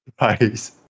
Nice